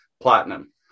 Platinum